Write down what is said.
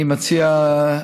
אני מציע,